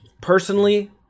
personally